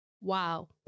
wow